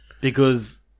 because-